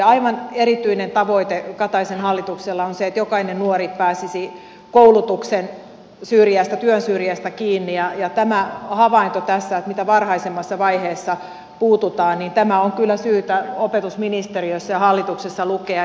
aivan erityinen tavoite kataisen hallituksella on se että jokainen nuori pääsisi koulutuksen syrjästä työn syrjästä kiinni ja tämä havainto tässä että mitä varhaisemmassa vaiheessa puututaan on kyllä syytä opetusministeriössä ja hallituksessa lukea